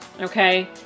Okay